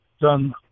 done